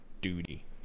Duty